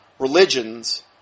religions